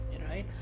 right